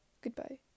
Goodbye